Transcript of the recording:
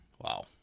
Wow